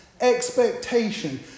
expectation